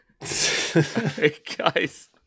guys